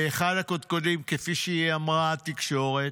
באחד הקודקודים, כפי שהיא אמרה, התקשורת,